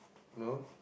no